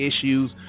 issues